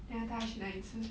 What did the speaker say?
then 要带他去哪里吃